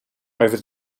over